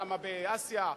שם באסיה,